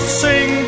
sing